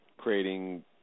creating